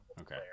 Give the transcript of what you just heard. okay